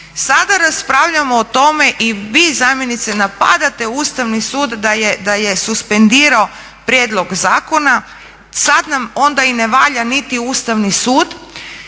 sada raspravljamo o tome i vi zamjenice napadate Ustavni sud da je suspendirao prijedlog zakona, sada nam onda ne valja niti Ustavni sud.